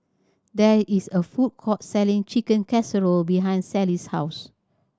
there is a food court selling Chicken Casserole behind Sally's house